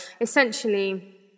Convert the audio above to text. essentially